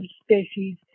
species